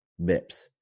bips